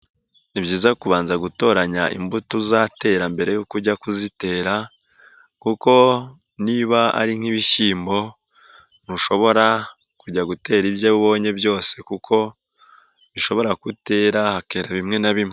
Ni byiza kubanza gutoranya imbuto uzatera mbere ujya kuzitera, kuko niba ari nk'ibishyimbo ntushobora kujya gutera ibyo ubonye byose, kuko bishobora kutera hakera bimwe na bimwe.